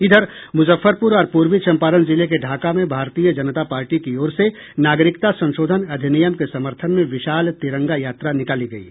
इधर मुजफ्फरपुर और पूर्वी चम्पारण जिले के ढाका में भारतीय जनता पार्टी की ओर से नागरिकता संशोधन अधिनियम के समर्थन में विशाल तिरंगा यात्रा निकाली गयी